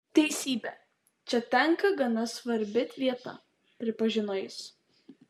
teisybė čia tenka gana svarbi vieta pripažino jis